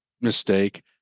mistake